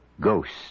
ghosts